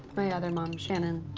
my other mom shannon.